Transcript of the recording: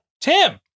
Tim